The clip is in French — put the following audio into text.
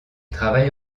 travaille